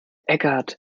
eckhart